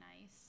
nice